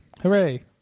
Hooray